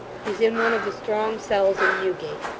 he's in one of the strong cells in newgate.